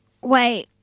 Wait